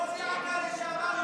ראש אכ"א לשעבר,